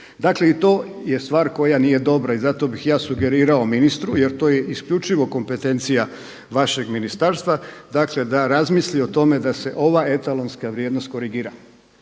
Dakle i to je stvar koja nije dobra. I zato bih ja sugerirao ministru jer to je isključivo kompetencija vašeg ministarstva da razmisli o tome da se ovaj etalonska vrijednost korigira